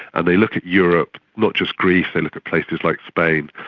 and they look at europe, not just greece, they look at places like spain,